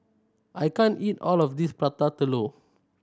I can't eat all of this Prata Telur